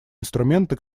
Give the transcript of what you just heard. инструменты